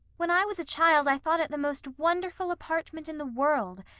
when i was a child i thought it the most wonderful apartment in the world.